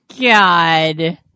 God